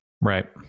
Right